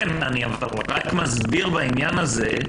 אני רק מסביר בעניין הזה.